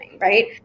right